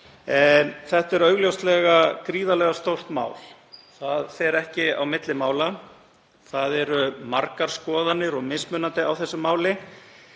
þetta er augljóslega gríðarlega stórt mál, það fer ekki á milli mála. Það eru margar skoðanir og mismunandi á þessu máli.